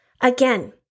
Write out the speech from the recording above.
Again